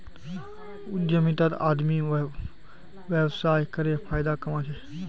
उद्यमितात आदमी व्यवसाय करे फायदा कमा छे